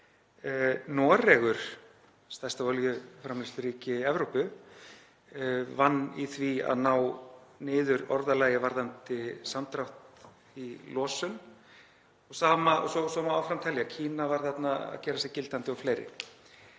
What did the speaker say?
Noregur, stærsta olíuframleiðsluríki Evrópu, vann í því að ná niður orðalagi varðandi samdrátt í losun og svo má áfram telja. Kína var þarna að gera sig gildandi og fleiri.